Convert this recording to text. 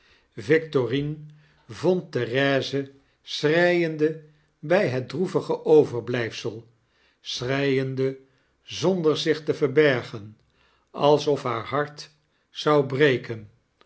victorine vond therese schreiende bij het droevige overblyfsel schreiende zonder zich te verbergen alsof haar hart zou breken